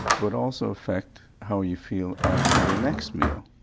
but also effect how you feel after the next meal,